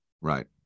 Right